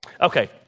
Okay